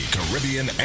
Caribbean